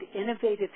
innovative